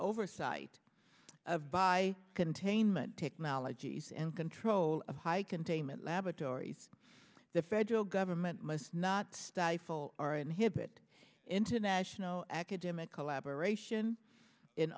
oversight of by containment technologies and control of high containment laboratories the federal government must not stifle or inhibit international academic collaboration in